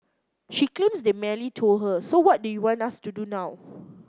she claims they merely told her so what do you want us to do now